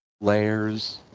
layers